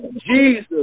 Jesus